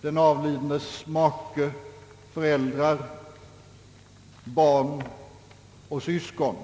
den avlidnes make, föräldrar, barn och syskon.